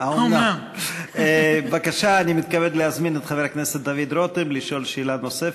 אני מתכבד להזמין את חבר הכנסת דוד רותם לשאול שאלה נוספת.